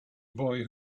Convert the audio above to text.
boy